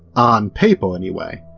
on paper anyway,